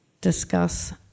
discuss